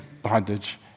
bondage